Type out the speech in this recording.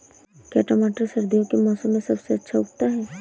क्या टमाटर सर्दियों के मौसम में सबसे अच्छा उगता है?